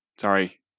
sorry